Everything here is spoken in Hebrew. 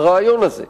הרעיון הזה,